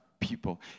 people